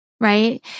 right